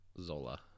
Zola